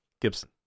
Gibson